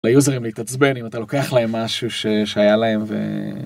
ליוזרים להתעצבן אם אתה לוקח להם משהו שהיה להם.